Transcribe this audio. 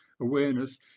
awareness